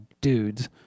dudes